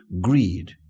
greed